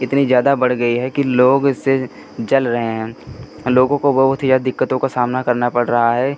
इतनी ज़्यादा बढ़ गई है कि लोग इससे जल रहे हैं लोगों को बहुत ही ज़्यादा दिक़्क़तों का सामना करना पड़ रहा है